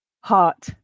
Heart